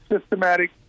systematic –